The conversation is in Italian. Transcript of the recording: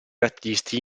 artisti